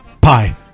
Pie